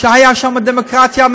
שהייתה שם דמוקרטיה,